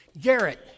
Garrett